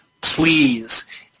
Please